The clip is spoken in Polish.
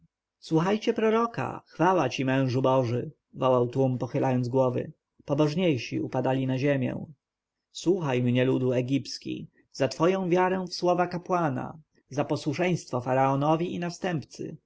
słuchajcie proroka chwała ci mężu boży wołał tłum pochylając głowy pobożniejsi upadali na ziemię słuchaj mnie ludu egipski za twoją wiarę w słowa kapłana za posłuszeństwo faraonowi i następcy